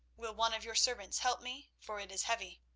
will one of your servants help me, for it is heavy?